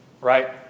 right